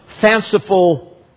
fanciful